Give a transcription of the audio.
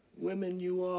women you